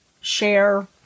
share